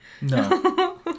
No